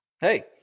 Hey